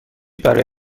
برای